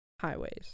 highways